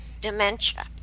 Dementia